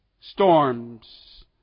storms